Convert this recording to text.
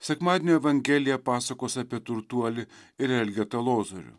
sekmadienio evangelija pasakos apie turtuolį ir elgetą lozorių